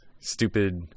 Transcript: stupid